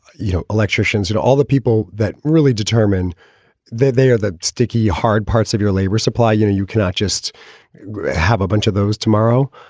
you know, so all the people that really determine that they are that sticky, hard parts of your labor supply. you know you cannot just have a bunch of those tomorrow.